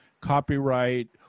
copyright